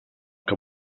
que